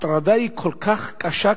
ההטרדה היא כבר כל כך קשה,